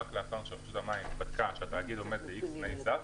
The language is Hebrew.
רק לאחר שרשות המים בדקה שהתאגיד עומד בתנאי סף,